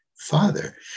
father